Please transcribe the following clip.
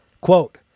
Quote